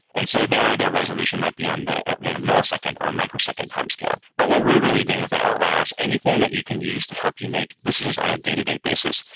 and so there, their resolution might be on the millisecond or a microsecond timescale but what we're really dealing with at outlier is anything that you can use to help you make decisions on a day-to-day basis.